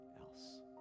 else